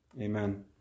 Amen